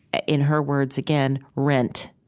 ah in her words again, rent,